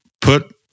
put